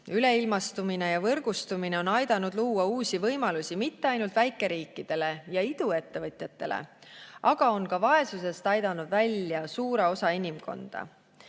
Üleilmastumine ja võrgustumine on aidanud luua uusi võimalusi mitte ainult väikeriikidele ja iduettevõtjatele, aga on ka vaesusest välja aidanud suure osa inimkonnast.